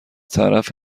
طرف